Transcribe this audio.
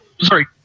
sorry